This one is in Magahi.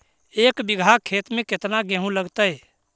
एक बिघा खेत में केतना गेहूं लगतै?